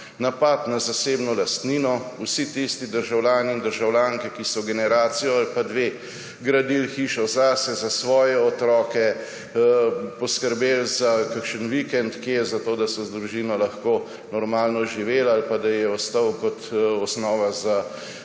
Napad na zasebno lastnino − vse tiste državljane in državljanke, ki so generacijo ali pa dve gradili hišo zase, za svoje otroke, poskrbeli za kakšen vikend kje, zato da so z družino lahko normalno živeli ali pa da je ostal kot osnova za